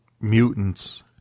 mutants